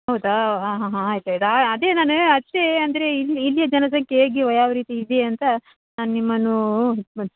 ಹೌದಾ ಹಾಂ ಹಾಂ ಹಾಂ ಆಯ್ತು ಆಯ್ತು ಅದೆ ನಾನು ಅಷ್ಟೆ ಅಂದರೆ ಇಲ್ಲಿ ಇಲ್ಲಿಯ ಜನ ಸಂಖ್ಯೆ ಹೇಗೆ ಯಾವರೀತಿ ಇದೆ ಅಂತ ನಿಮ್ಮನ್ನು ಮತ್ತೆ